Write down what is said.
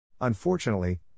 Unfortunately